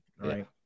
right